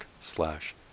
slash